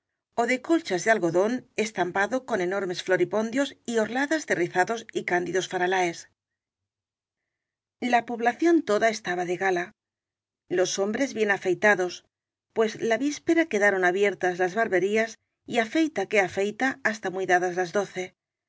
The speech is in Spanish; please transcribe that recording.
ó de colchas de algodón estampado con enormes floripondios y orladas de riza dos y cándidos faralaes la población toda estaba de gala los hombres bien afeitados pues la víspera quedaron abiertas las barberías y afeita que afeita hasta muy dadas las doce